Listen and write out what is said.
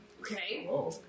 Okay